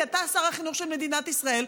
כי אתה שר החינוך של מדינת ישראל.